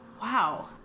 Wow